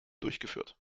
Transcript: durchgeführt